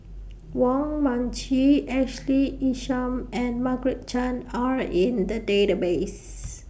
Wong Mun Chee Ashley Isham and Margaret Chan Are in The Database